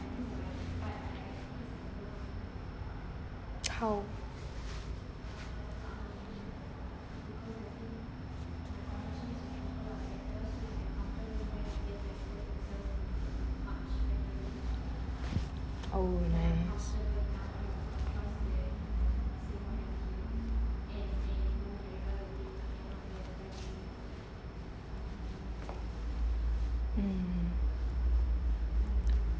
how oh nice mm